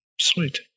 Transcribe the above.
Sweet